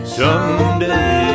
someday